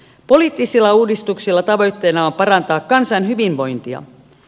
poliittisilla uudistuksilla tavoitteena on parantaa kansan hyvinvointia